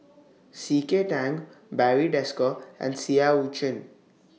C K Tang Barry Desker and Seah EU Chin